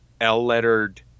L-lettered